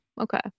Okay